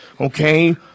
Okay